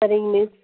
சரிங்க மிஸ்